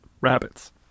rabbits